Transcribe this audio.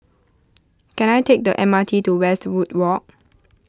can I take the M R T to Westwood Walk